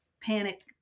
panic